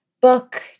book